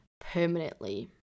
permanently